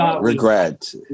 regret